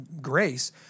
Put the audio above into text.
grace